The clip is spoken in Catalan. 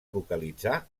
localitzar